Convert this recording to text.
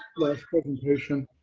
last presentation